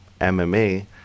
mma